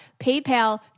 PayPal